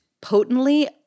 potently